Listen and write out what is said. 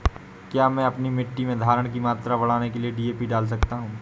क्या मैं अपनी मिट्टी में धारण की मात्रा बढ़ाने के लिए डी.ए.पी डाल सकता हूँ?